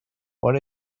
what